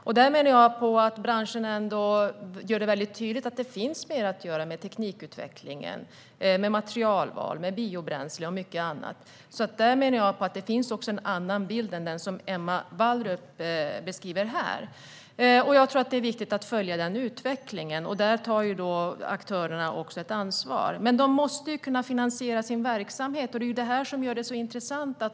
Jag menar att branschen ändå gör det väldigt tydligt att det finns mer att göra när det gäller teknikutveckling, materialval, biobränsle och mycket annat. Jag menar alltså att det finns en annan bild än den som Emma Wallrup beskriver. Jag tror att det är viktigt att följa denna utveckling. Där tar aktörerna också ett ansvar, men de måste kunna finansiera sin verksamhet. Det är detta som gör det så intressant.